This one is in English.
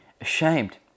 ashamed